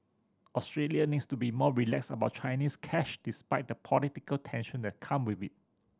Australia needs to be more relaxed about Chinese cash despite the political tension that come with it